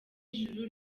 ijuru